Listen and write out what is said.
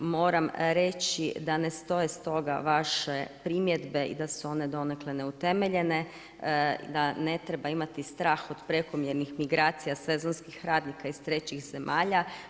Moram reći da ne stoje stoga vaše primjedbe i da su one donekle neutemeljene, da ne treba imati strah od prekomjernih migracija sezonskih radnika iz trećih zemalja.